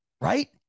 Right